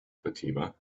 fatima